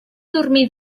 dormir